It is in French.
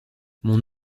mon